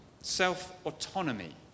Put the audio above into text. self-autonomy